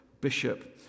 bishop